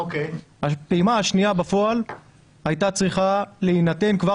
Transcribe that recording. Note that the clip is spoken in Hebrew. הפעימה השנייה בפועל היתה צריכה להינתן כבר